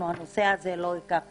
עושים